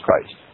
Christ